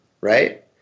right